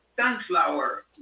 sunflower